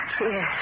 Yes